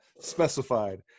specified